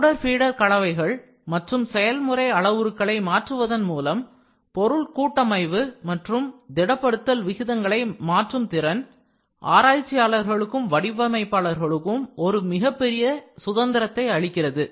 powder feeder கலவைகள் மற்றும் செயல்முறை அளவுருக்களை மாற்றுவதன் மூலம் பொருள் கூட்டமைவு மற்றும் திடப்படுத்துதல் விகிதங்களை மாற்றும் திறன் ஆராய்ச்சியாளர்களுக்கும் வடிவமைப்பாளர்களுக்கும் ஒரு மிகப்பெரிய சுதந்திரத்தை அளிக்கிறது